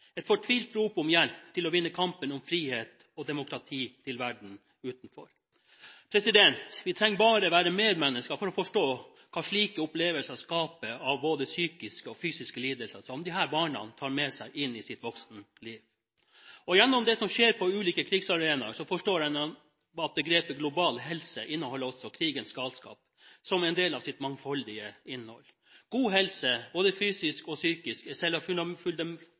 et fortvilt rop om hjelp til å vinne kampen om frihet og demokrati til verden utenfor. Vi trenger bare å være medmennesker for å forstå hva slike opplevelser skaper av både psykiske og fysiske lidelser, som disse barna tar med seg inn i sitt voksne liv. Gjennom det som skjer på ulike krigsarenaer, forstår en at begrepet «global helse» inneholder også krigens galskap som en del av sitt mangfoldige innhold. God helse – både fysisk og psykisk – er